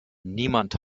niemand